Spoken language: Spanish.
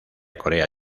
corea